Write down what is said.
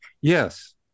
Yes